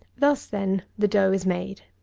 thus, then, the dough is made.